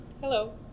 Hello